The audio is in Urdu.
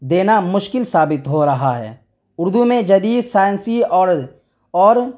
دینا مشکل ثابت ہو رہا ہے اردو میں جدید سائنسی اور اور